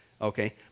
Okay